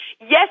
Yes